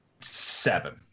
seven